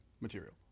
material